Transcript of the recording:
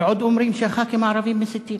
ועוד אומרים שהח"כים הערבים מסיתים.